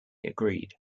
agreed